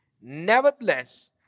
Nevertheless